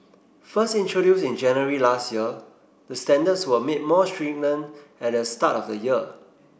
first introduced in January last year the standards were made more stringent at the start of the year